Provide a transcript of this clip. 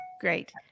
Great